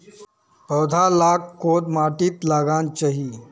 पौधा लाक कोद माटित लगाना चही?